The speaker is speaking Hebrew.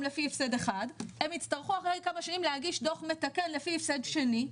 לפי הפסד אחד הם יצטרכו אחרי כמה שנים להגיש דוח מתקן לפי הפסד שני,